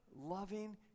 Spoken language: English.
loving